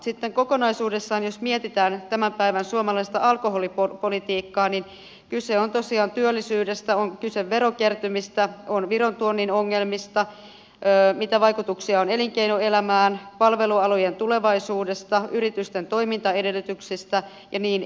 sitten kokonaisuudessaan jos mietitään tämän päivän suomalaista alkoholipolitiikkaa niin kyse on tosiaan työllisyydestä on kyse verokertymistä viron tuonnin ongelmista vaikutuksista elinkeinoelämään palvelualojen tulevaisuudesta yritysten toimintaedellytyksistä ja niin edelleen